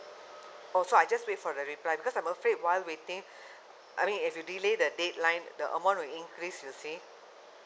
oh so I just wait for the reply because I'm afraid while waiting I mean if you delay the deadline the amount will increase you see